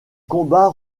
combats